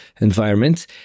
environment